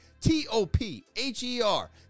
T-O-P-H-E-R